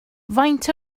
faint